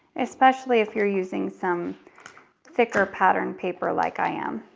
especially if you're using some thicker pattern paper like i am.